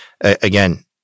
again